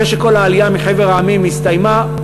אחרי שכל העלייה מחבר המדינות הסתיימה,